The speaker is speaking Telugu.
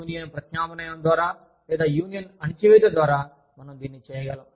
యూనియన్ ప్రత్యామ్నాయం ద్వారా లేదా యూనియన్ అణచివేత ద్వారా మనం దీన్ని చేయగలం